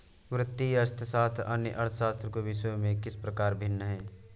वित्तीय अर्थशास्त्र अन्य अर्थशास्त्र के विषयों से किस प्रकार भिन्न है?